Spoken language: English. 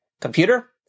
Computer